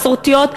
מסורתיות,